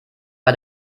bei